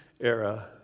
era